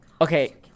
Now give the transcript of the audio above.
Okay